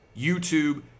YouTube